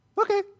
Okay